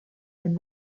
and